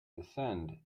descend